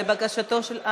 לבקשתו של,